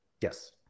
Yes